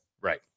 Right